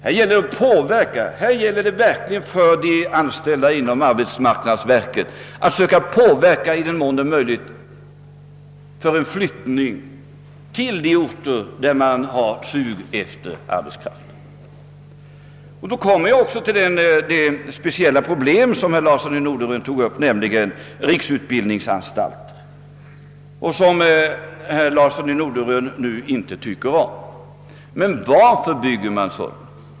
Det gäller för de anställda inom arbetsmarknadsverket att i den mån det är möjligt medverka till en flyttning till orter där det förekommer ett sug efter arbetskraft. Jag kommer i detta sammanhang till det speciella problem, som herr Larsson i Norderön tog upp, nämligen riksutbildningsanstalter som han inte gillade. Men varför bygger man då sådana?